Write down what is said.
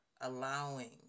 allowing